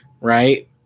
right